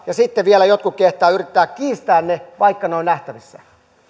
sitten vielä jotkut kehtaavat yrittää kiistää ne vaikka ne ovat nähtävissä